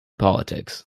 politics